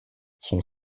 son